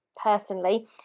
personally